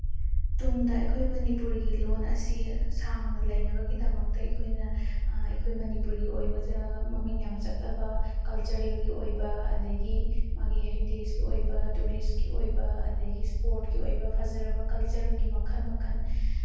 ꯇꯨꯡꯗ ꯑꯩꯈꯣꯏ ꯃꯅꯤꯄꯨꯔꯒꯤ ꯂꯣꯟ ꯑꯁꯤ ꯁꯥꯡꯅ ꯂꯩꯅꯕꯒꯤꯗꯃꯛꯇ ꯑꯩꯈꯣꯏꯅ ꯑꯩꯈꯣꯏ ꯃꯅꯤꯄꯨꯔꯤ ꯑꯣꯏꯕ ꯃꯃꯤꯡ ꯌꯥꯝ ꯆꯠꯂꯕ ꯀꯜꯆꯔꯦꯜꯒꯤ ꯑꯣꯏꯕ ꯑꯗꯒꯤ ꯃꯥꯒꯤ ꯍꯦꯔꯤꯇꯦꯖꯀꯤ ꯑꯣꯏꯕ ꯇꯨꯔꯤꯁꯀꯤ ꯑꯣꯏꯕ ꯑꯗꯒꯤ ꯏꯁꯄꯣꯔꯠꯀꯤ ꯑꯣꯏꯕ ꯐꯖꯔꯕ ꯀꯜꯆꯔꯒꯤ ꯃꯈꯜ ꯃꯈꯜ